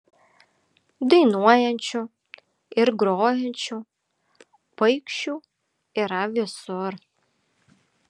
dainuojančių ir grojančių paikšių yra visur